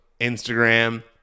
Instagram